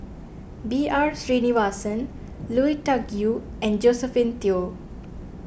B R Sreenivasan Lui Tuck Yew and Josephine Teo